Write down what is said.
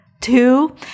two